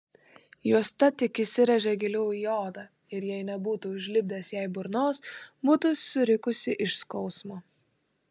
juosta tik įsirėžė giliau į odą ir jei nebūtų užlipdęs jai burnos būtų surikusi iš skausmo